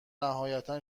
نهایت